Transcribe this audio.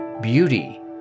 beauty